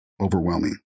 overwhelming